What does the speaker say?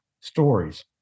stories